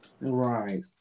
right